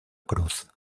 cruz